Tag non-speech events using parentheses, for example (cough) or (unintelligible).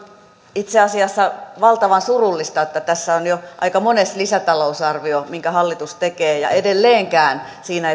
itse asiassa valtavan surullista että tässä on jo aika mones lisätalousarvio minkä hallitus tekee ja edelleenkään siinä (unintelligible)